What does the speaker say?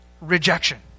rejection